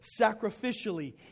sacrificially